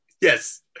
Yes